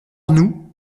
nous